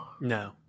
No